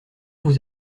vous